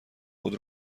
خود